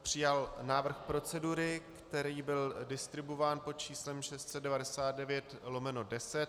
Přijal návrh procedury, který byl distribuován pod číslem 699/10.